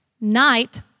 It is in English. Night